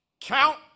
Count